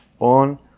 on